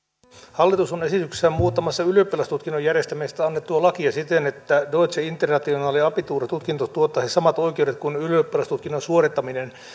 hallitus on esityksessään muuttamassa ylioppilastutkinnon järjestämisestä annettua lakia siten että deutsche internationale abitur tutkinto tuottaisi samat oikeudet kuin ylioppilastutkinnon suorittaminen